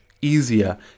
Easier